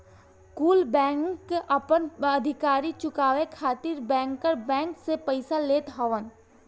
कुल बैंक आपन उधारी चुकाए खातिर बैंकर बैंक से पइसा लेत हवन